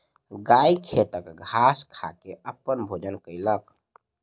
गाय खेतक घास खा के अपन भोजन कयलक